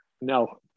No